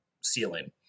ceiling